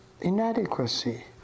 inadequacy